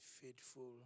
faithful